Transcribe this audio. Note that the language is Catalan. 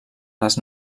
les